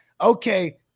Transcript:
okay